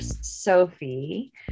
Sophie